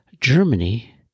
Germany